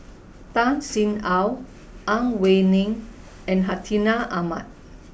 Tan Sin Aun Ang Wei Neng and Hartinah Ahmad